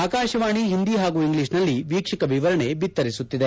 ಆಕಾಶವಾಣಿ ಹಿಂದಿ ಹಾಗೂ ಇಂಗ್ಲೀಷ್ನಲ್ಲಿ ವೀಕ್ಷಕ ವಿವರಣೆ ಬಿತ್ತರಿಸುತ್ತಿದೆ